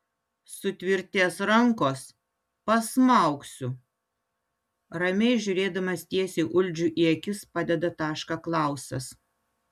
sutvirtės rankos pasmaugsiu ramiai žiūrėdamas tiesiai uldžiui į akis padeda tašką klausas